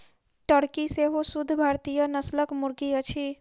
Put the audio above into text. Turkey सेहो शुद्ध भारतीय नस्लक मुर्गी अछि